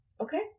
okay